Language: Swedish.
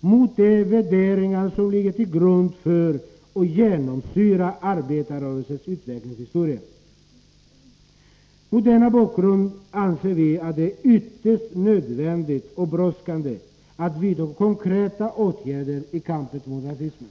mot de värderingar som ligger till grund för och genomsyrar arbetarrörelsens utvecklingshistoria. Mot denna bakgrund anser vi att det är ytterst nödvändigt och brådskande att vidta konkreta åtgärder i kampen mot rasismen.